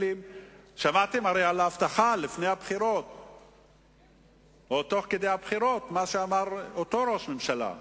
ואולי עכשיו האורות עוד דולקים לא רחוק מפה במשרד האוצר וידלקו